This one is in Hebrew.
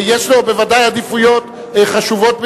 יש לו בוודאי עדיפויות חשובות ביותר.